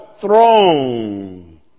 throne